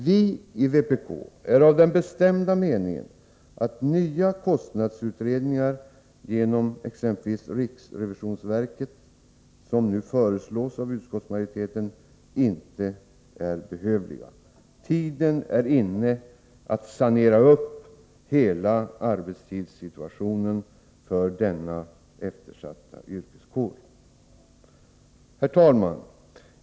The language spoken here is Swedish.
Vi i vpk är av den bestämda meningen att nya kostnadsutredningar genom exempelvis riksrevisionsverket, som nu föreslås av utskottsmajoriteten, inte är behövliga. Tiden är inne att sanera hela arbetstidssituationen för denna eftersatta yrkeskår. Herr talman!